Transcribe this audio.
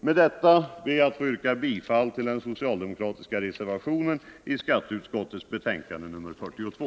Med detta ber jag att få yrka bifall till den socialdemokratiska reservationen i skatteutskottets betänkande nr 42.